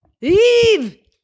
Eve